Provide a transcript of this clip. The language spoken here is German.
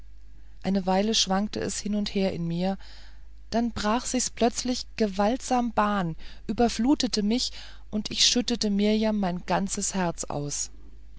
eine weile schwankte es hin und her in mir dann brach sich's plötzlich gewaltsam bahn überflutete mich und ich schüttete mirjam mein ganzes herz aus